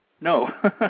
No